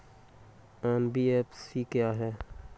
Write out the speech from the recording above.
NBFC क्या है?